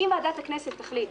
אם ועדת הכנסת תחליט